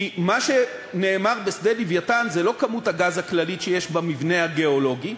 כי מה שנאמר בשדה "לווייתן" זה לא כמות הגז הכללית שיש במבנה הגיאולוגי,